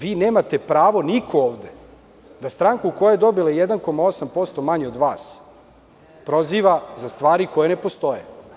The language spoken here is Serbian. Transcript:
Vi nemate pravo, niko ovde nema pravo da stranku koja je dobila 1,8% manje od vas proziva za stvari koje ne postoje.